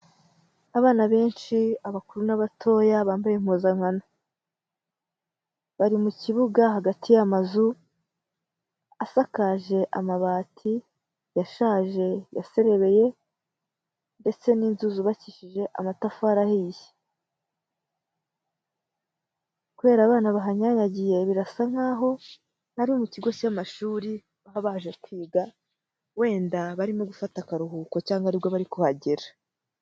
Aba benshi abakuru n'abatoya bambaye impuzankano, bari mu kibuga hagati y'amazu asakaje amabati yashaje yaserebeye ndetse n'inzu zubakishije amatafari ahiye. Kubera abana bahanyanyagiye birasa nk'aho ari mu kigo cy'amashuri baba baje kwiga wenda barimo gufata akaruhuko cyangwa aribwo bari kuhagera.